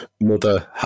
Mother